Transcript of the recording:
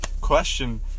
question